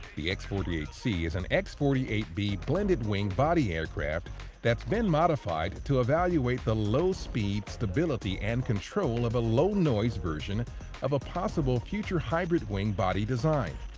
the x forty eight c is an x forty eight b blended wing body aircraft that's been modified to evaluate the low-speed stability and control of a low-noise version of a possible future hybrid wing body design.